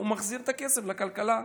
הוא מחזיר את הכסף לכלכלה.